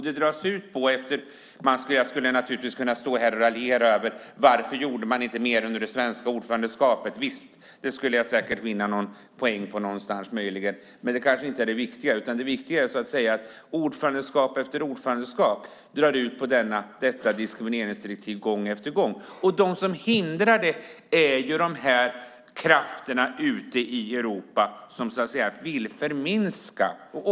Jag skulle naturligtvis kunna raljera över varför man inte gjorde mer under det svenska ordförandeskapet. Visst, det skulle jag möjligen vinna några poäng på någonstans, men det kanske inte är det viktigaste. De viktiga är att det ena ordförandeskapet efter det andra gång på gång drar ut på detta diskrimineringsdirektiv. De som hindrar det är de krafter ute i Europa som vill förminska problemet.